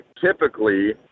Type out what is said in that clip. typically